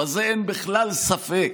בזה אין בכלל ספק.